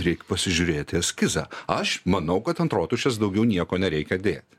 reik pasižiūrėt į eskizą aš manau kad ant rotušės daugiau nieko nereikia dėti